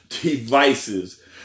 devices